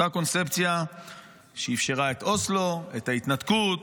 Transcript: אותה קונספציה שאפשרה את אוסלו, את ההתנתקות,